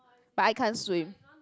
but I can't swim